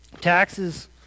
Taxes